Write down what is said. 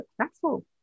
successful